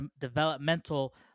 developmental